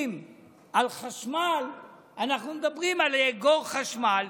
על חשמל אנחנו מדברים על לאגור חשמל,